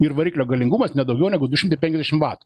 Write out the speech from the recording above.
ir variklio galingumas ne daugiau negu du šimtai penkiasdešim vatų